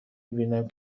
بینم